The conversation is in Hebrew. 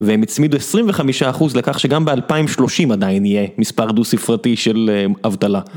והם הצמידו 25% לכך שגם ב-2030 עדיין יהיה מספר דו ספרתי של אבטלה.